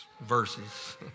verses